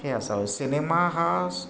हे असा सिनेमा